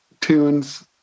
tunes